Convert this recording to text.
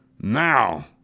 Now